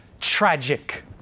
tragic